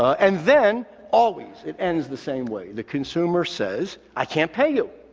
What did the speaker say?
and then always, it ends the same way. the consumer says, i can't pay you.